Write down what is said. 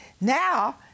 now